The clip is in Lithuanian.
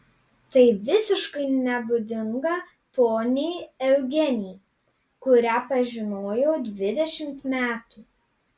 tai visiškai nebūdinga poniai eugenijai kurią pažinojau dvidešimt metų